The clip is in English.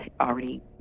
already